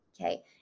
okay